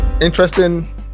Interesting